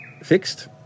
fixed